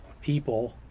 people